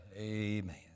Amen